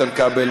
איתן כבל,